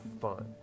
fun